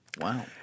Wow